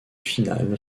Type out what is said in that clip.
finale